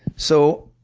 so